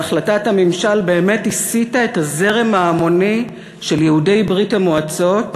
והחלטת הממשל באמת הסיטה את הזרם ההמוני של יהודי ברית-המועצות,